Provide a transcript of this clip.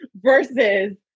versus